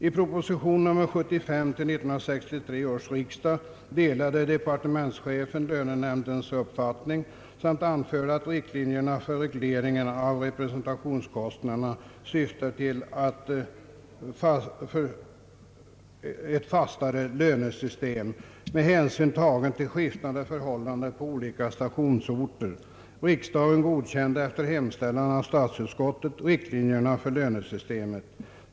I proposition nr 75 till 1963 års riksdag delade departementschefen lönenämndens uppfattning samt anförde att riktlinjerna för regleringen av representationskostnaderna syftar till ett fastare lönesystem med hänsyn tagen till skiftande förhållanden på olika stationsorter. Riksdagen godkände efter hemställan av statsutskottet riktlinjerna för lönesystemet.